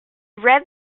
read